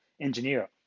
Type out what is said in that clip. engineer